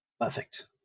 Perfect